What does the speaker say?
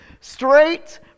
straight